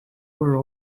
were